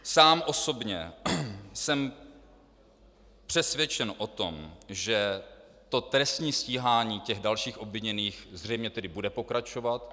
Sám osobně jsem přesvědčen o tom, že trestní stíhání dalších obviněných zřejmě bude pokračovat.